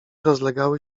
rozlegały